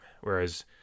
Whereas